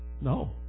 no